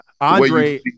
Andre